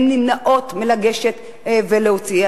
הן נמנעות מלגשת ולהוציא.